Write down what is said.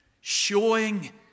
showing